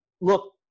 look